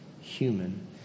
human